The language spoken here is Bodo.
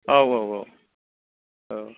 औ औ औ